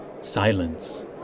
Silence